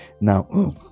now